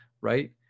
right